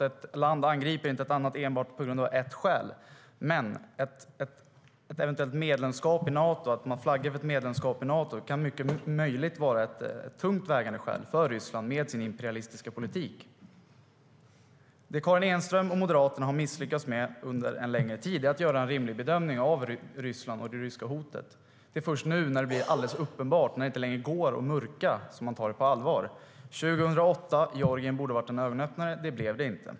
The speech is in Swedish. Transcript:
Ett land angriper inte ett annat av enbart ett skäl, men att man flaggar för ett medlemskap i Nato kan mycket väl vara ett tungt vägande skäl för Ryssland med dess imperialistiska politik. Det Karin Enström och Moderaterna under en längre tid misslyckats med är att göra en rimlig bedömning av Ryssland och det ryska hotet. Först nu när det blir alldeles uppenbart, när det inte längre går att mörka, tar man det på allvar. Georgien 2008 borde ha varit en ögonöppnare. Det var det inte.